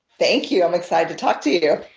thank you. i'm excited to talk to you.